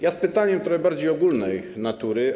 Ja z pytaniem trochę bardziej ogólnej natury.